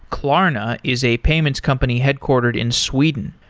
klarna is a payments company headquartered in sweden.